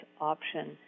option